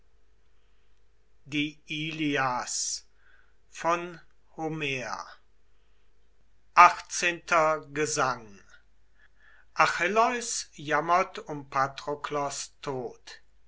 die lohe der sturmwind achtzehnter gesang achilleus jammert um patroklos tod